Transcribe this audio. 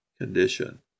condition